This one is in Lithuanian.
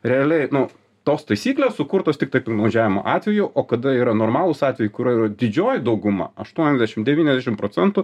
realiai nu tos taisyklės sukurtos tiktai piktnaudžiavimo atveju o kada yra normalūs atvejai kur yra didžioji dauguma aštuoniasdešim devyniasdešim procentų